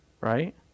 right